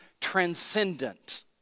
transcendent